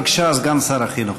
בבקשה, סגן שר החינוך.